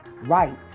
right